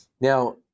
Now